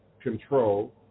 control